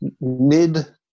Mid